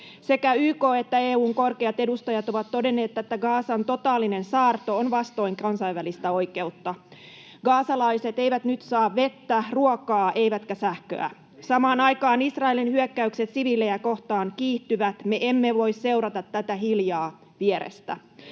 Sekä YK:n että EU:n korkeat edustajat ovat todenneet, että Gazan totaalinen saarto on vastoin kansainvälistä oikeutta. Gazalaiset eivät nyt saa vettä, ruokaa eivätkä sähköä. Samaan aikaan Israelin hyökkäykset siviilejä kohtaan kiihtyvät. Me emme voi seurata tätä hiljaa vierestä.